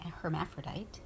hermaphrodite